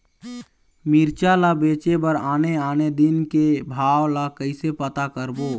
मिरचा ला बेचे बर आने आने दिन के भाव ला कइसे पता करबो?